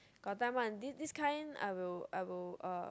got time one this this kind I will I will uh